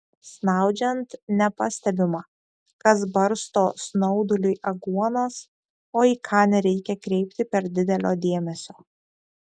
snaudžiant nepastebima kas barsto snauduliui aguonas o į ką nereikia kreipti per didelio dėmesio